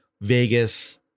Vegas